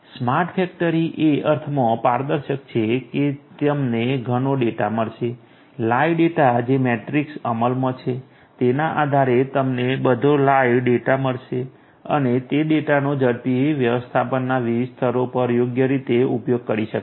smart factory એ અર્થમાં પારદર્શક છે કે તમને ઘણો ડેટા મળશે લાઇવ ડેટા જે મેટ્રિક્સ અમલમાં છે તેના આધારે તમને આ બધો લાઇવ ડેટા મળશે અને તે ડેટાનો ઝડપી વ્યવસ્થાપનના વિવિધ સ્તરો પર યોગ્ય રીતે ઉપયોગ કરી શકાય છે